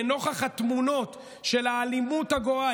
לנוכח התמונות של האלימות הגואה,